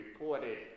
reported